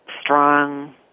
strong